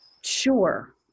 sure